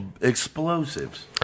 explosives